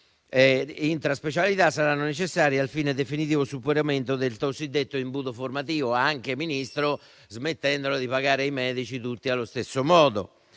intra specialità saranno necessari al fine del definitivo superamento del cosiddetto imbuto formativo, anche smettendo di pagare i medici tutti allo stesso modo.